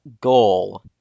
goal